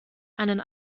einen